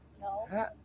No